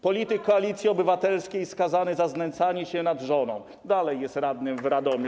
Polityk Koalicji Obywatelskiej skazany za znęcanie się nad żoną dalej jest radnym w Radomiu.